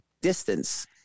distance